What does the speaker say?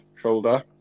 shoulder